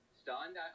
stunned